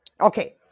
Okay